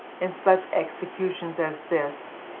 in such executions as this,